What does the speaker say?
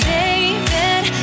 David